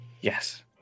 Yes